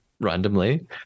randomly